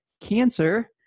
cancer